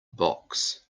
box